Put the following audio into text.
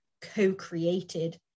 co-created